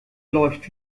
läuft